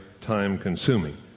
time-consuming